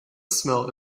smell